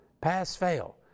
Pass-fail